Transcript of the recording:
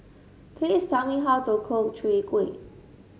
please tell me how to cook Chwee Kueh